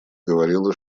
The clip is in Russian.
говорила